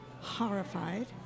horrified